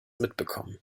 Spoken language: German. mitbekommen